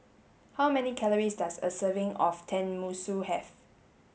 how many calories does a serving of Tenmusu have